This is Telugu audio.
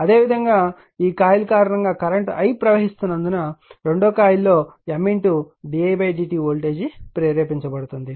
అదేవిధంగా ఈ కాయిల్ కారణంగా కరెంట్ i ప్రవహిస్తున్నందున కాయిల్ 2 లో M di dt వోల్టేజ్ ప్రేరేపించబడుతుంది